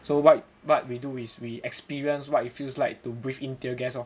so what what we do is we experience what it feels like to breathe in tear gas lor